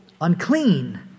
unclean